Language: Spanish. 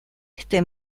este